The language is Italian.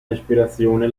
respirazione